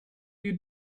you